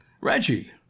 Reggie